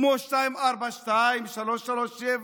כמו 242, 337,